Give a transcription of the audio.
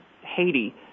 Haiti